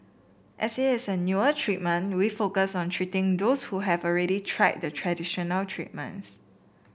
as it is a newer treatment we focus on treating those who have already tried the traditional treatments